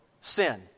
sin